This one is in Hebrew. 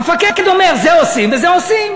המפקד אומר "זה עושים" וזה עושים.